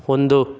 ಹೊಂದು